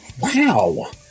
wow